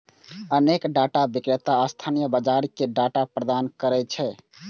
अनेक डाटा विक्रेता स्थानीय बाजार कें डाटा प्रदान करै छै